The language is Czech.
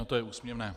To je úsměvné.